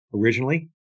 originally